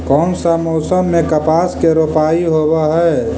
कोन सा मोसम मे कपास के रोपाई होबहय?